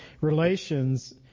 relations